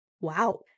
Wow